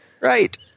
Right